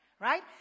Right